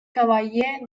cavaller